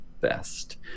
best